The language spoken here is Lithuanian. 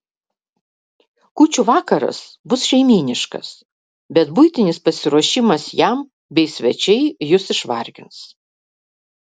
kūčių vakaras bus šeimyniškas bet buitinis pasiruošimas jam bei svečiai jus išvargins